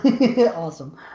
Awesome